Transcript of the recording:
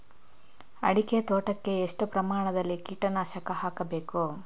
ಅಡಿಕೆ ತೋಟಕ್ಕೆ ಎಷ್ಟು ಪ್ರಮಾಣದಲ್ಲಿ ಕೀಟನಾಶಕ ಹಾಕಬೇಕು?